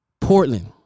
Portland